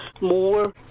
more